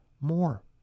more